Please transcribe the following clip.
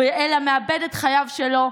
אלא ייאבד את חייו שלו,